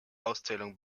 auszählung